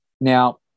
Now